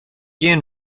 and